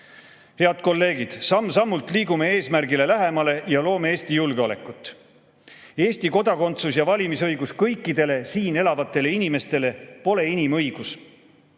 Head kolleegid! Samm-sammult liigume eesmärgile lähemale ja loome Eesti julgeolekut. Eesti kodakondsus ja valimisõigus kõikidele siin elavatele inimestele pole inimõigus,